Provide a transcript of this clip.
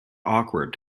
awkward